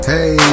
Hey